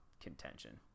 contention